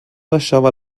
deixava